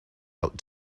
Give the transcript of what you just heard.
out